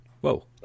whoa